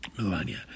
Melania